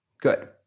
Good